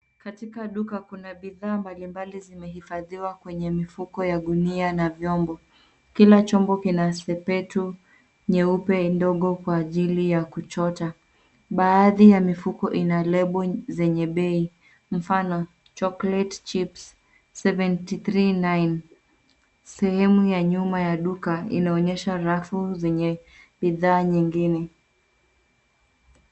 Katika duka, kuna bidhaa mbalimbali zilizohifadhiwa kwenye mifuko ya gunia na vyombo. Kila chombo kina sepetu ndogo nyeupe kwa ajili ya kuchota. Baadhi ya mifuko ina lebo zenye bei, mfano, chocolate chips 73-9. Sehemu ya nyuma ya duka inaonyesha rafu zenye bidhaa nyingine.